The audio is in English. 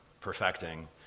perfecting